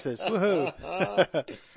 Woohoo